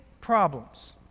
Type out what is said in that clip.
problems